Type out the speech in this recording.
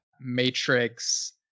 matrix